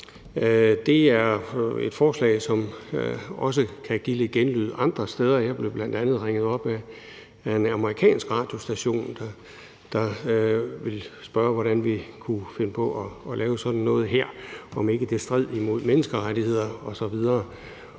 Det er et forslag, som også kan give genlyd andre steder. Jeg blev bl.a. ringet op af en amerikansk radiostation, der ville spørge om, hvordan vi kunne finde på at lave sådan noget her, og om ikke det stred mod menneskerettigheder osv.